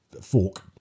fork